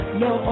no